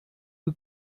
who